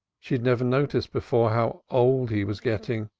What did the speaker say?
she had never noticed before how old he was getting.